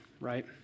right